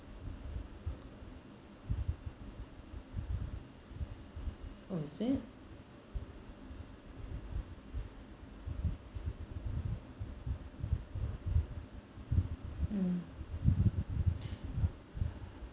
oh is it mm